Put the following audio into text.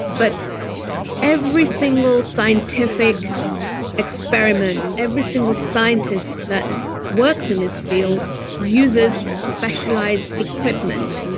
but every single scientific experiment, every single scientist that works in this field uses specialized equipment.